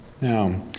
Now